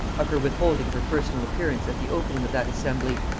of her withholding her personal appearance at the opening of that assembly,